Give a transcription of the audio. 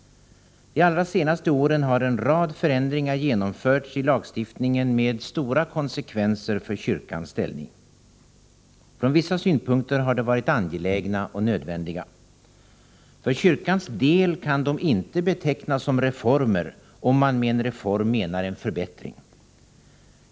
De allra senaste åren har en rad förändringar genomförts i lagstiftningen med stora konsekvenser för kyrkans ställning. Från vissa synpunker har de varit angelägna och nödvändiga. För kyrkans del kan de inte betecknas som reformer, om man med en reform menar en förbättring.